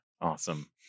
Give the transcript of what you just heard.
Awesome